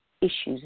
issues